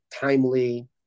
timely